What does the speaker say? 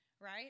Right